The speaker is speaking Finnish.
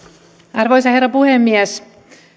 arvoisa herra puhemies